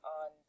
on